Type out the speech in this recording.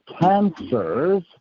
cancers